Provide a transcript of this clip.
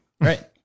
right